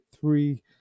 three